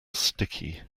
sticky